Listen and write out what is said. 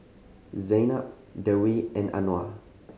Zaynab Dewi and Anuar